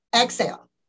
exhale